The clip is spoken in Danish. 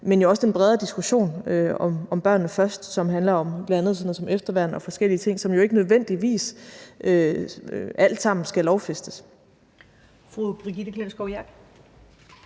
jo også i den bredere diskussion om at sætte børnene først, som handler om bl.a. sådan noget som efterværn og forskellige ting, som jo ikke nødvendigvis alt sammen skal lovfæstes.